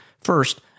First